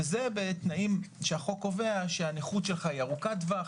וזה בתנאים שהחוק קובע: שהנכות היא ארוכת טווח,